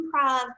Improv